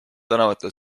tänavatel